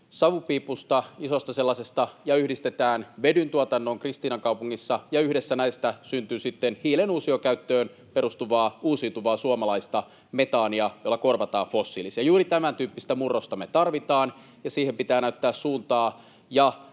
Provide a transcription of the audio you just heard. savupiipusta — isosta sellaisesta — ja yhdistetään vedyn tuotantoon Kristiinankaupungissa, ja yhdessä näistä syntyy sitten hiilen uusiokäyttöön perustuvaa uusiutuvaa suomalaista metaania, jolla korvataan fossiilisia. Juuri tämäntyyppistä murrosta me tarvitaan, ja siihen pitää näyttää suuntaa